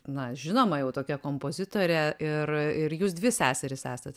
na žinoma jau tokia kompozitorė ir ir jūs dvi seserys esat